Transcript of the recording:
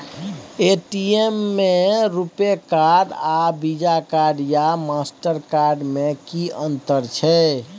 ATM में RuPay card आर Visa card या मास्टर कार्ड में कि अतंर छै?